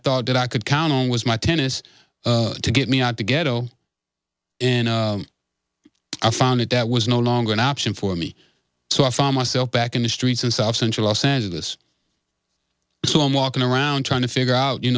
thought that i could count on was my tennis to get me out to get and i found it that was no longer an option for me so i found myself back in the streets in south central los angeles so i'm walking around trying to figure out you